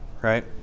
right